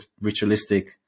ritualistic